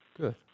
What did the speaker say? Good